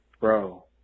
bro